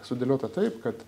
sudėliota taip kad